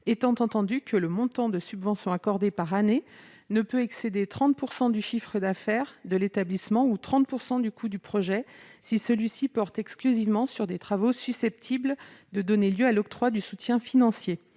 étant entendu que le montant de subvention accordé, par année, ne peut excéder 30 % du chiffre d'affaires de l'établissement ou 30 % du coût du projet, si celui-ci porte exclusivement sur des travaux susceptibles de donner lieu à l'octroi d'un soutien financier.